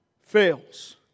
fails